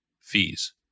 fees